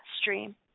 stream